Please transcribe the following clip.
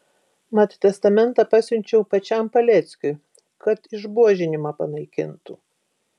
mat testamentą pasiunčiau pačiam paleckiui kad išbuožinimą panaikintų